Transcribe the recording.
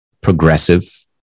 progressive